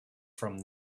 from